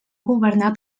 governar